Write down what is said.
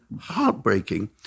heartbreaking